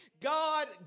God